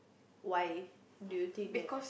why do you think that